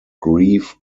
grief